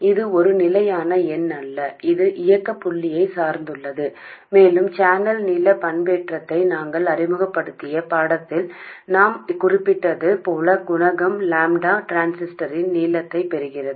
இது ஒரு நிலையான எண் அல்ல இது இயக்க புள்ளியையும் சார்ந்துள்ளது மேலும் சேனல் நீள பண்பேற்றத்தை நாங்கள் அறிமுகப்படுத்திய பாடத்தில் நான் குறிப்பிட்டது போல குணகம் லாம்ப்டா டிரான்சிஸ்டரின் நீளத்தைப் பொறுத்தது